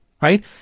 Right